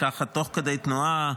ככה תוך כדי תנועה,